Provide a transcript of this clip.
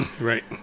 Right